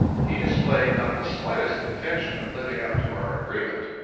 he displayed not the slightest intention of living up to our agreement.